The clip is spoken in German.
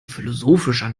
philosophischer